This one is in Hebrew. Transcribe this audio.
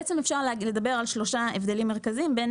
אפשר לדבר על שלושה הבדלים מרכזיים בין